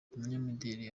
umunyamideri